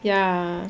ya